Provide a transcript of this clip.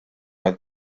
oedd